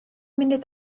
munud